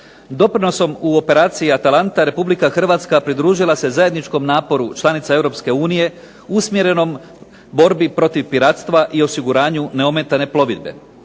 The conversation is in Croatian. Doprinosom u operaciji Atalanta Republika Hrvatska pridružila se zajedničkom naporu članica Europske unije usmjerenom borbi protiv piratstva i osiguranju neometane plovidbe.